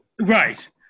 Right